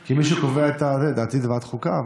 כי מי שקובע זו ועדת חוקה,